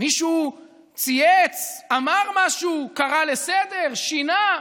מישהו צייץ, אמר משהו, קרא לסדר, שינה?